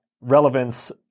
relevance